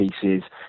pieces